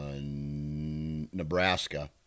Nebraska